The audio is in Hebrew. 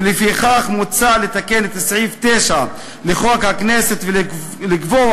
ולפיכך מוצע לתקן את סעיף 9 לחוק הכנסת ולקבוע